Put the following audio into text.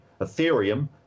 Ethereum